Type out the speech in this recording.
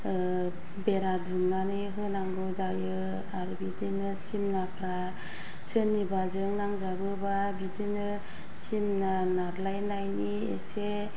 बेरा दुमनानै होनांगौ जायो आरो बिदिनो सिमाफोरा सोरनिबाजों नांजाबोबा बिदिनो सिमा नारलायनायनि एसे